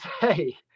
hey